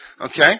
okay